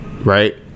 right